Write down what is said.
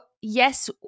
yes